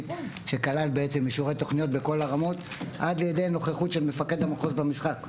שכלל אישורי תוכניות בכל הרמות עד לידי נוכחות של מפקד המחוז במשחק,